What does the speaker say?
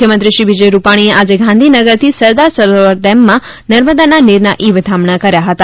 મુખ્ય મંત્રી શ્રી વિજય રૂપાણીએ આજે ગાંધીનગરથી સરદાર સરોવર ડેમમાં નર્મદાના નીરના ઈ વધામણાં કર્યા હતા